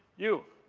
you?